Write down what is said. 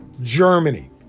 Germany